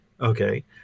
okay